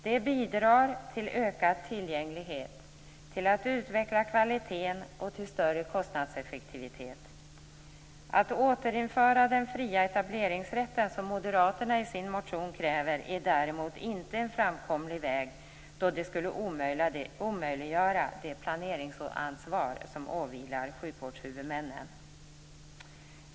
Det bidrar till ökad tillgänglighet, till att utveckla kvaliteten och till större kostnadseffektivitet. Att återinföra den fria etableringsrätten, som Moderaterna i sin motion kräver, är däremot inte en framkomlig väg, då det skulle omöjliggöra det planeringsansvar som åvilar sjukvårdshuvudmännen.